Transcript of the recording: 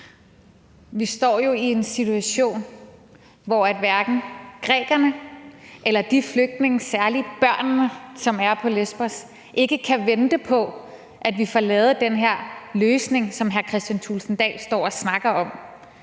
Vi står jo i en situation, hvor hverken grækerne eller de flygtninge, særlig børnene, som er på Lesbos, kan vente på, at vi får lavet den her løsning, som hr. Kristian Thulesen Dahl står og snakker om.